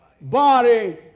body